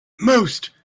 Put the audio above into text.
most